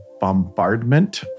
bombardment